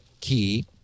key